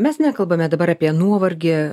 mes nekalbame dabar apie nuovargį